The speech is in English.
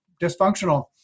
dysfunctional